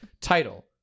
Title